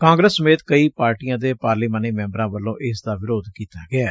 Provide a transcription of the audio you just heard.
ਕਾਂਗਰਸ ਸਮੇਤ ਕਈ ਪਾਰਟੀਆਂ ਦੇ ਪਾਰਲੀਮਾਨੀ ਮੈਬਰ ਵੱਲੋ ਇਸ ਦਾ ਵਿਰੋਧ ਕੀਤਾ ਗਿਐ